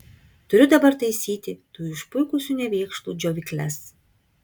turiu dabar taisyti tų išpuikusių nevėkšlų džiovykles